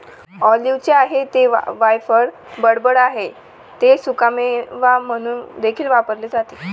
ऑलिव्हचे आहे ते वायफळ बडबड आहे ते सुकामेवा म्हणून देखील वापरले जाते